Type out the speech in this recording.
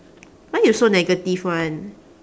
why you so negative [one]